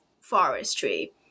forestry